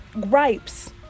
gripes